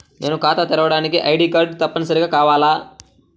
నేను ఖాతా తెరవడానికి ఐ.డీ కార్డు తప్పనిసారిగా కావాలా?